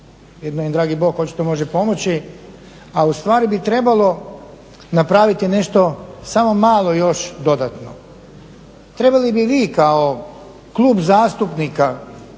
jedino nam dragi Bog očito može pomoći, a ustvari bi trebalo napraviti nešto, samo malo još dodatno. Trebali bi vi kao Klub zastupnika